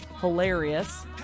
hilarious